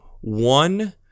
one